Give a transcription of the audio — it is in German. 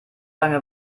lange